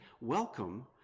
welcome